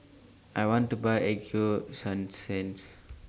I want to Buy Ego Sunsense